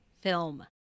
film